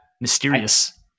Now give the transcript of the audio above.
mysterious